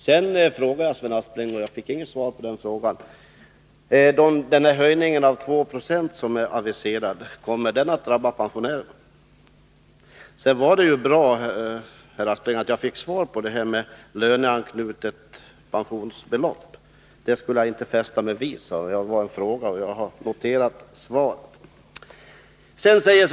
Sedan frågade jag Sven Aspling, och jag fick inget svar på den frågan: Kommer den aviserade höjningen av momsen med 2960 att drabba pensionärerna? Sedan var det ju bra, herr Aspling, att jag fick svar på frågan om löneanknutet pensionsbelopp. Det skulle jag inte fästa mig vid, sade herr Aspling. Jag har noterat svaret på frågan.